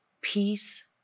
peace